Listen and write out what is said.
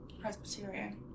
Presbyterian